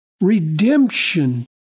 redemption